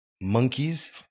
Monkeys